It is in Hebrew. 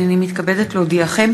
הנני מתכבדת להודיעכם,